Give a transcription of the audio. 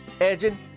edging